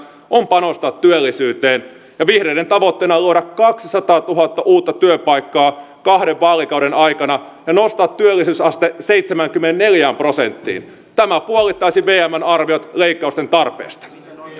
on panostaa työllisyyteen vihreiden tavoitteena on luoda kaksisataatuhatta uutta työpaikkaa kahden vaalikauden aikana ja nostaa työllisyysaste seitsemäänkymmeneenneljään prosenttiin tämä puolittaisi vmn arviot leikkausten tarpeesta